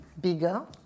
bigger